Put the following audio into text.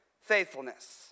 faithfulness